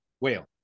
whale